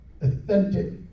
authentic